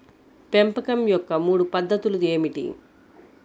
పెంపకం యొక్క మూడు పద్ధతులు ఏమిటీ?